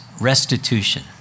restitution